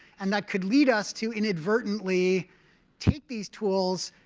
and that could lead us to inadvertently take these tools,